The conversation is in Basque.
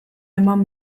eman